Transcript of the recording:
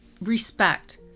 respect